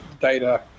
data